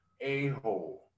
a-hole